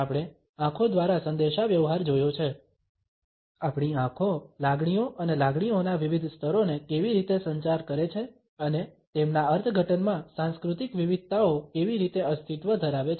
આપણે આંખો દ્વારા સંદેશાવ્યવહાર જોયો છે આપણી આંખો લાગણીઓ અને લાગણીઓના વિવિધ સ્તરોને કેવી રીતે સંચાર કરે છે અને તેમના અર્થઘટનમાં સાંસ્કૃતિક વિવિધતાઓ કેવી રીતે અસ્તિત્વ ધરાવે છે